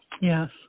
Yes